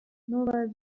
новая